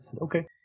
okay